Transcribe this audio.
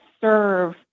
serve